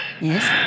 Yes